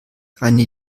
eine